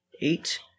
eight